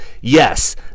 yes